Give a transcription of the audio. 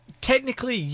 Technically